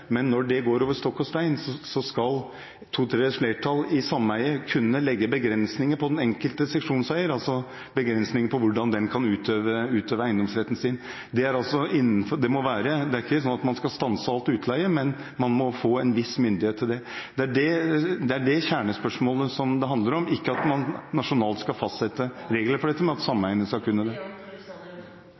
når det går over stokk og stein, skal sameiet med to tredjedels flertall kunne legge begrensninger på den enkelte seksjonseier for hvordan vedkommende kan utøve eiendomsretten sin. Det er ikke sånn at man skal stanse all utleie, men man må få en viss myndighet til det. Det er det som er kjernespørsmålet det handler om – ikke at man nasjonalt skal fastsette regler for dette, men at sameiene skal kunne